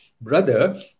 Brother